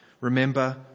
remember